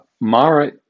Mara